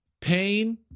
pain